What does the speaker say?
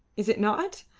is it not?